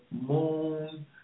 moon